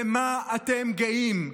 במה אתם גאים?